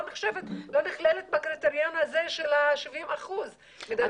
לא נזכרת ולא נכללת בקריטריונים של ה-70% -- את